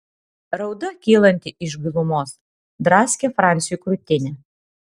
rauda kylanti iš gilumos draskė franciui krūtinę